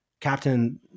Captain